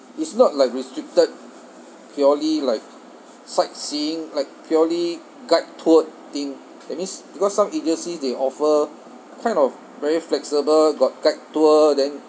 it's not like restricted purely like sightseeing like purely guide toured thing that means because some agencies they offer kind of very flexible got guide tour then